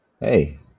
hey